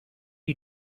you